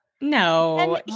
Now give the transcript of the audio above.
no